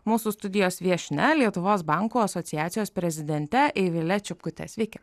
mūsų studijos viešnia lietuvos bankų asociacijos prezidente ivile čipkutė sveiki